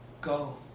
Go